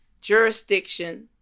jurisdiction